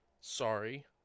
Sorry